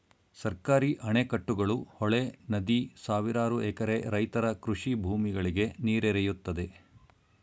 ಸರ್ಕಾರಿ ಅಣೆಕಟ್ಟುಗಳು, ಹೊಳೆ, ನದಿ ಸಾವಿರಾರು ಎಕರೆ ರೈತರ ಕೃಷಿ ಭೂಮಿಗಳಿಗೆ ನೀರೆರೆಯುತ್ತದೆ